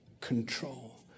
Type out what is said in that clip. control